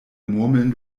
murmeln